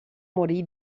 morì